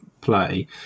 play